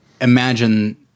imagine